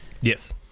Yes